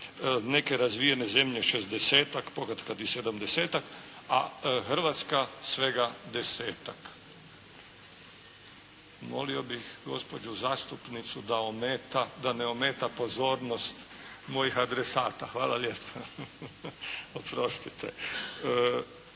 neke razvijene zemlje 60-tak, pokatkad i 70-tak, a Hrvatska svega 10-tak. Molio bih gospođu zastupnicu da ne ometa pozornost mojih adresata. Hvala lijepa. Oprostite.